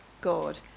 God